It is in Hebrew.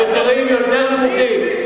המחירים יותר נמוכים.